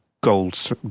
gold